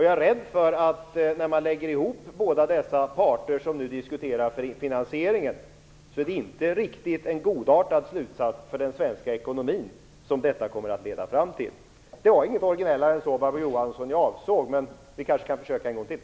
Jag är rädd för att det man kommer fram till när man lägger ihop uttalandena från båda dessa parter som nu diskuterar finansieringen inte är någon riktigt godartad slutsats för den svenska ekonomin. - Det var inget originellare än så som jag avsåg, Barbro Johansson, men vi kanske kan försöka en gång till.